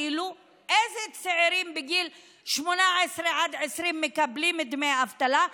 איזה צעירים בגיל 18 עד 20 מקבלים דמי אבטלה?